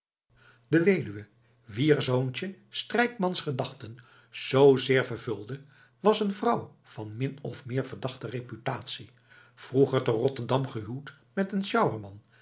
de weduwe wier zoontje strijkmans gedachten zoozéér vervulde was een vrouw van min of meer verdachte reputatie vroeger te rotterdam gehuwd met een sjouwerman